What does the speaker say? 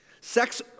Sex